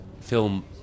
film